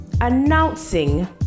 announcing